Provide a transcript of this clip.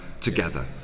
together